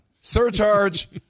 Surcharge